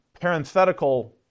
parenthetical